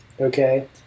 Okay